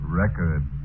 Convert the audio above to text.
record